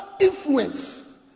influence